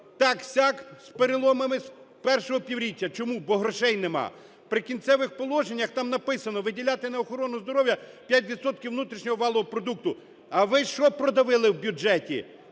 Так-сяк з переломами з першого півріччя. Чому? Бо грошей нема. В "Прикінцевих положеннях" там написано: виділяти на охорону здоров'я 5 відсотків внутрішнього валового продукту. А ви що продавили в бюджеті?